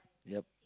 yup